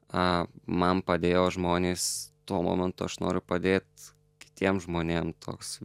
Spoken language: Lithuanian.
a man padėjo žmonės tuo momentu aš noriu padėt kitiem žmonėm toks